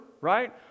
right